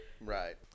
Right